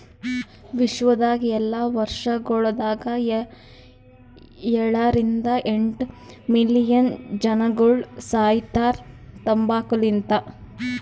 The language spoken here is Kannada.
ವಿಶ್ವದಾಗ್ ಎಲ್ಲಾ ವರ್ಷಗೊಳದಾಗ ಏಳ ರಿಂದ ಎಂಟ್ ಮಿಲಿಯನ್ ಜನಗೊಳ್ ಸಾಯಿತಾರ್ ತಂಬಾಕು ಲಿಂತ್